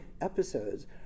episodes